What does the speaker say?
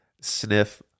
sniff